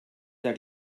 der